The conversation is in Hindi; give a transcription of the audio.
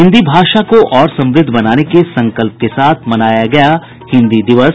हिन्दी भाषा को और समृद्ध बनाने के संकल्प के साथ मनाया गया हिन्दी दिवस